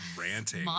ranting